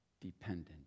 dependent